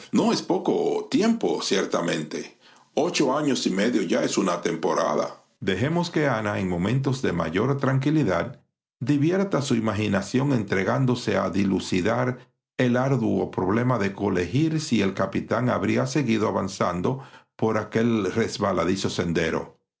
no es poco tiempo ciertamente ocho años y medio ya es una temporada dejemos que ana en momentos de mayor tranquilidad divierta su imaginación entregándose a dilucidar el arduo problema de colegir si el capitán habría seguido avanzando por aquel resbaladizo sendero